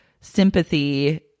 sympathy